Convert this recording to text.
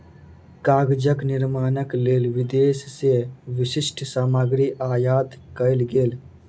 कागजक निर्माणक लेल विदेश से विशिष्ठ सामग्री आयात कएल गेल